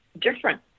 different